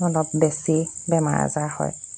অলপ বেছি বেমাৰ আজাৰ হয়